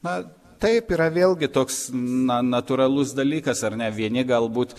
na taip yra vėlgi toks na natūralus dalykas ar ne vieni galbūt